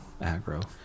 Aggro